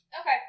Okay